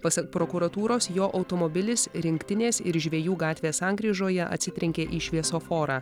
pasak prokuratūros jo automobilis rinktinės ir žvejų gatvės sankryžoje atsitrenkė į šviesoforą